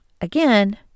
again